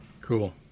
Cool